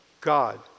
God